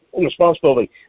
responsibility